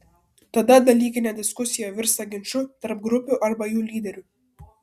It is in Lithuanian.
tada dalykinė diskusija virsta ginču tarp grupių arba jų lyderių